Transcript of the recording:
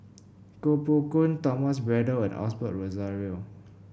Koh Poh Koon Thomas Braddell and Osbert Rozario